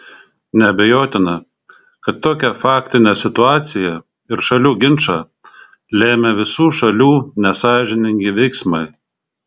neabejotina kad tokią faktinę situaciją ir šalių ginčą lėmė visų šalių nesąžiningi veiksmai